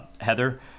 Heather